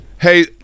Hey